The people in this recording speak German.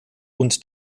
und